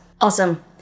Awesome